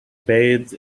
bathed